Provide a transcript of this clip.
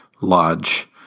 Lodge